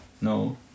No